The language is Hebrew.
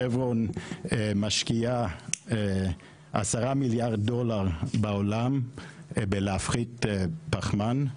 שברון משקיעה 10 מיליארד דולר בעולם בלהפחית פחמן,